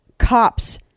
Cops